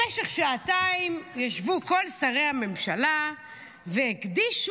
במשך שעתיים ישבו כל שרי הממשלה והקדישו